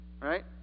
right